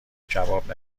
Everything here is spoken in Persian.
کباب